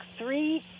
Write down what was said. three